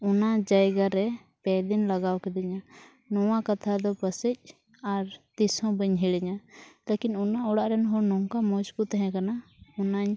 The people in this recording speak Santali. ᱚᱱᱟ ᱡᱟᱭᱜᱟᱨᱮ ᱯᱮ ᱫᱤᱱ ᱞᱟᱜᱟᱣ ᱠᱮᱫᱮᱧᱟ ᱱᱚᱣᱟ ᱠᱟᱛᱷᱟ ᱫᱚ ᱯᱟᱥᱮᱡ ᱟᱨ ᱛᱤᱥᱦᱚᱸ ᱵᱟᱹᱧ ᱦᱤᱲᱤᱧᱟ ᱛᱟᱠᱤ ᱚᱱᱟ ᱚᱲᱟᱜᱨᱮᱱ ᱦᱚᱲ ᱱᱚᱝᱠᱟ ᱢᱚᱡᱽ ᱠᱚ ᱛᱟᱦᱮᱸ ᱠᱟᱱᱟ ᱚᱱᱟᱧ